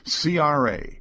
CRA